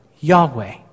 Yahweh